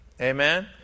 amen